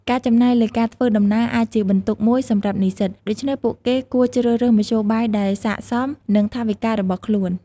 ការចំណាយលើការធ្វើដំណើរអាចជាបន្ទុកមួយសម្រាប់និស្សិត ដូច្នេះពួកគេគួរជ្រើសរើសមធ្យោបាយដែលស័ក្តិសមនឹងថវិការបស់ខ្លួន។